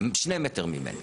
שני מטר ממני.